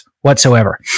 whatsoever